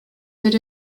did